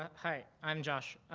hi, i'm josh.